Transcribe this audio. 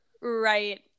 Right